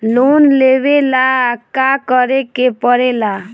Loan लेबे ला का करे के पड़े ला?